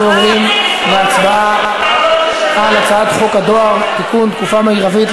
אני שומע את הטענות המגוחכות על כך שחוק העמותות,